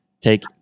take